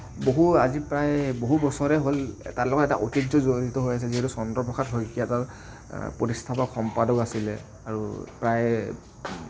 বহু আজি প্ৰায় বহু বছৰেই হ'ল তাৰ লগত এটা ঐতিহ্য় জড়িত হৈ আছে যিহেতু চন্দ্ৰ প্ৰসাদ শইকীয়া তাৰ প্ৰতিস্থাপক সম্পাদক আছিলে আৰু প্ৰায়